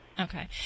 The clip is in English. Okay